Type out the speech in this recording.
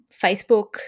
Facebook